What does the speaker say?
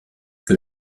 que